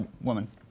woman